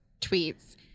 tweets